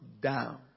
down